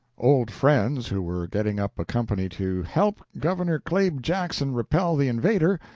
old friends, who were getting up a company to help governor claib jackson repel the invader,